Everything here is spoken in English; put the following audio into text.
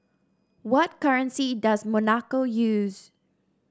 what currency does Monaco use